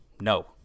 no